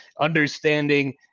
understanding